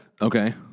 Okay